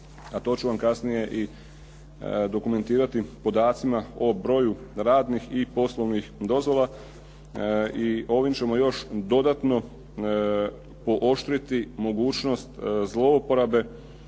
a to ću vam kasnije i dokumentirati podacima o broju radnih i poslovnih dozvola. I ovim ćemo još dodatno pooštriti mogućnost zlouporabe